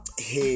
Hey